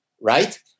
right